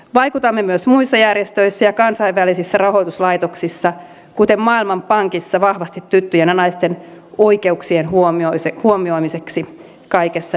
vaikutamme myös muissa järjestöissä ja kansainvälisissä rahoituslaitoksissa kuten maailmanpankissa vahvasti tyttöjen ja naisten oikeuksien huomioimiseksi kaikessa niiden työssä